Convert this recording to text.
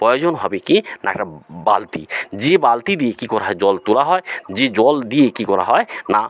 প্রয়োজন হবে কী না একটা বালতি যে বালতি দিয়ে কী করা হয় জল তোলা হয় যে জল দিয়ে কী করা হয় না